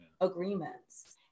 agreements